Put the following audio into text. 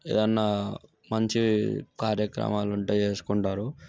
ఏదన్నా మంచి కార్యక్రమాలు ఉంటే చేసుకుంటారు